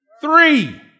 Three